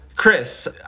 Chris